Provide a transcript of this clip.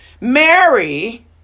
Mary